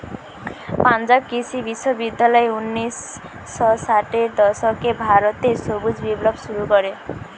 পাঞ্জাব কৃষি বিশ্ববিদ্যালয় উনিশ শ ষাটের দশকে ভারত রে সবুজ বিপ্লব শুরু করে